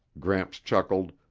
gramps chuckled,